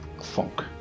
Funk